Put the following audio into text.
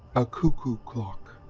a cuckoo clock.